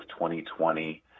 2020